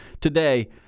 Today